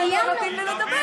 אבל לא נותנים לי לדבר.